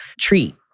treat